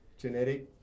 genetic